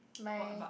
my